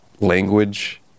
language